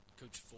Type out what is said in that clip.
Coach